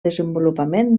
desenvolupament